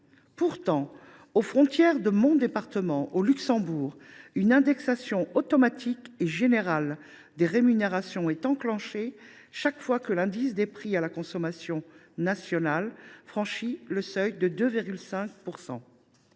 Pourtant, aux frontières de mon département, au Luxembourg, une indexation automatique et générale des rémunérations est enclenchée chaque fois que l’indice des prix à la consommation nationale franchit le seuil de 2,5 %.